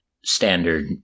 Standard